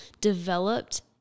developed